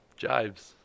jives